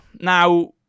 Now